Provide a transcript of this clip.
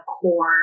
core